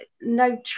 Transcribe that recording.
no